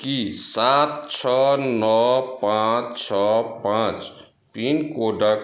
कि सात छओ नओ पाँच छओ पाँच पिनकोडके